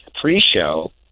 pre-show